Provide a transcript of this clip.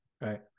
Right